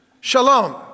Shalom